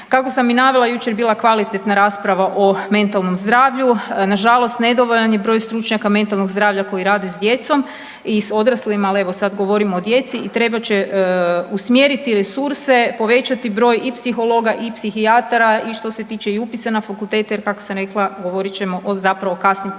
Kako sam i navela jučer je bila kvalitetna rasprava o mentalnom zdravlju. Na žalost, nedovoljan je broj stručnjaka mentalnog zdravlja koji rade s djecom i s odraslima. Ali evo sada govorimo o djeci i trebat će usmjeriti resurse, povećati broj i psihologa, i psihijatara i što se tiče i upisa na fakultete jer kako sam rekla govorit ćemo o zapravo kasnim posljedicama